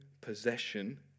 possession